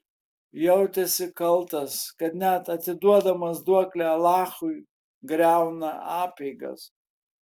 jautėsi kaltas kad net atiduodamas duoklę alachui griauna apeigas